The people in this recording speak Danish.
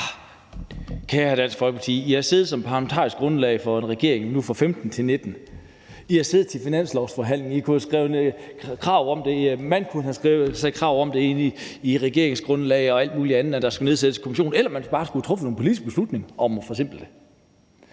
Kære Dansk Folkeparti: I har siddet som parlamentarisk grundlag for en regering fra 2015 til 2019, I har siddet i finanslovsforhandlinger, og I kunne have stillet krav om i regeringsgrundlaget og alt muligt andet, at der skulle nedsættes en kommission, eller at man bare skulle have truffet en politisk beslutning om at forsimple det.